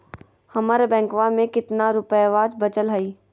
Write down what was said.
हमर बैंकवा में कितना रूपयवा बचल हई?